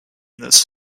this